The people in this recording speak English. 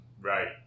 Right